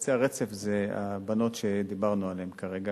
קצה הרצף זה הבנות שדיברנו עליהן כרגע.